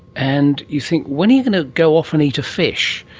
and you think when are you going to go off and eat a fish?